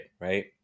right